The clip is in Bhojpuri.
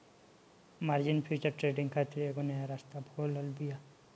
मार्जिन फ्यूचर ट्रेडिंग खातिर एगो नया रास्ता खोलत बिया